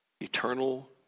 eternal